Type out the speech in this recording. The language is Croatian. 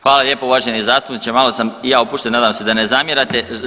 Hvala lijepo, uvaženi zastupniče, malo sam i ja opušten, nadam se da ne zamjerate.